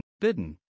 Bidden